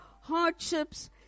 hardships